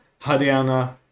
Haryana